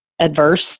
adverse